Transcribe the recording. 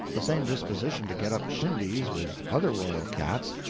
the same disposition to get up shindies with other royal cats,